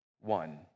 one